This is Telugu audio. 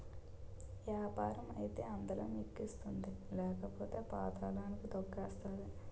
యాపారం అయితే అందలం ఎక్కిస్తుంది లేకపోతే పాతళానికి తొక్కేతాది